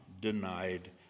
denied